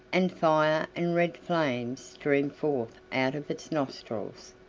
and fire and red flames streamed forth out of its nostrils.